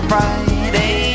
Friday